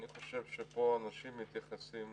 אני חושב שפה אנשים מתייחסים